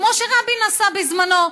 כמו שרבין עשה בזמנו.